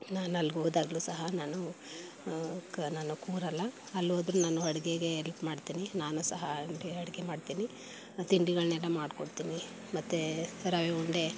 ನಾನು ಅಲ್ಗೆ ಹೋದಾಗ್ಲೂ ಸಹ ನಾನು ಕ ನಾನು ಕೂರೋಲ್ಲ ಅಲ್ಲೋದ್ರೂ ನಾನು ಅಡುಗೆಗೆ ಎಲ್ಪ್ ಮಾಡ್ತೀನಿ ನಾನೂ ಸಹ ಅಲ್ಲಿ ಅಡುಗೆ ಮಾಡ್ತೀನಿ ತಿಂಡಿಗಳನ್ನೆಲ್ಲ ಮಾಡ್ಕೊಡ್ತೀನಿ ಮತ್ತು ರವೆ ಉಂಡೆ